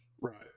Right